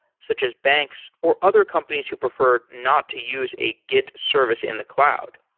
such as banks or other companies who prefer not to use a git service in the cloud.